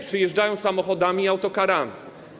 Przejeżdżają samochodami i autokarami.